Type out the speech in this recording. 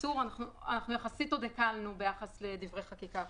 אנחנו עוד הקלנו יחסית לדברי חקיקה אחרים.